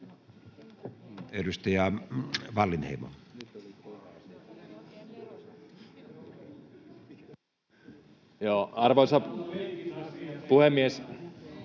Edustaja Risikko. Arvoisa puhemies!